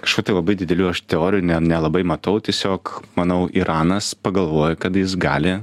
kažko tai labai didelių aš teorijų ne nelabai matau tiesiog manau iranas pagalvojo kad jis gali